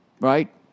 Right